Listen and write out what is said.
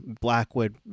Blackwood